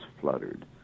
fluttered